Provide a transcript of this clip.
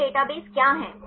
विभिन्न डेटाबेस क्या हैं